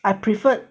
I preferred